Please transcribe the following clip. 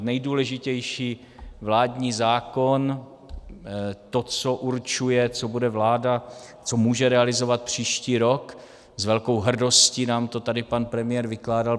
Nejdůležitější vládní zákon, to, co určuje, co bude vláda, co může realizovat příští rok, s velkou hrdostí nám to tady pan premiér vykládal.